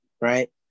right